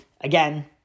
again